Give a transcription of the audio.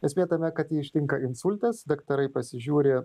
esmė tame kad jį ištinka insultas daktarai pasižiūri